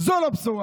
זה לא בשורה.